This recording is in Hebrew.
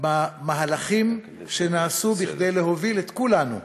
למהלכים שנעשו כדי להוביל את כולנו,